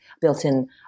built-in